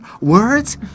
words